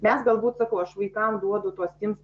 mes galbūt sakau aš vaikam duodu tuos tims